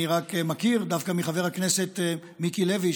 אני רק מכיר דווקא מחבר הכנסת מיקי לוי,